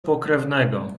pokrewnego